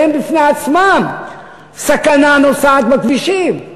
שהן בפני עצמן סכנה נוסעת בכבישים.